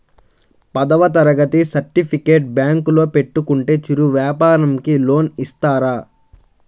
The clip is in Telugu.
పదవ తరగతి సర్టిఫికేట్ బ్యాంకులో పెట్టుకుంటే చిరు వ్యాపారంకి లోన్ ఇస్తారా?